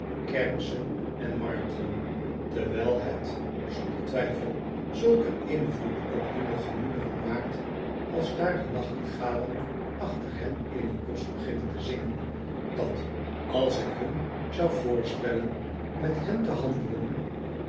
kermissen en markten terwijl het zonder twijfel zulk een invloed op hunne gemoederen maakt als daar de nachtegalen achter hen in t bosch beginnen te zingen dat als ik hun zou voorstellen met hen te handelen